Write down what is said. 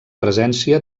presència